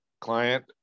client